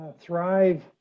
Thrive